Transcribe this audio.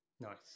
Nice